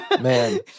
Man